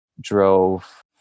drove